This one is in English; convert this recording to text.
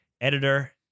editor